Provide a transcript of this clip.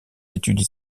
études